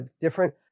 different